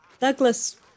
Douglas